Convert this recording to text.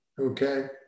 Okay